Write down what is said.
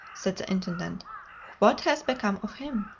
said the intendant what has become of him?